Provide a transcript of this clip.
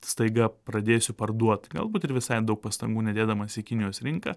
staiga pradėsiu parduot galbūt ir visai daug pastangų nedėdamas į kinijos rinką